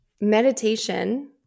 meditation